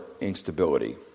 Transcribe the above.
instability